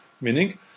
Meaning